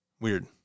Weird